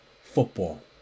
Football